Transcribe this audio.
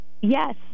Yes